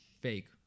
fake